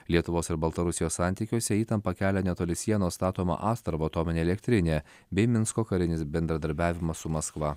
lietuvos ir baltarusijos santykiuose įtampą kelia netoli sienos statoma astravo atominė elektrinė bei minsko karinis bendradarbiavimas su maskva